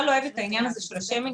לא אוהבת את העניין הזה של השיימינג.